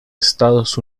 estados